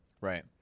Right